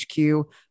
HQ